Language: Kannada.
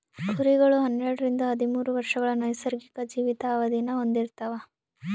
ಕುರಿಗಳು ಹನ್ನೆರಡರಿಂದ ಹದಿಮೂರು ವರ್ಷಗಳ ನೈಸರ್ಗಿಕ ಜೀವಿತಾವಧಿನ ಹೊಂದಿರ್ತವ